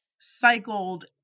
cycled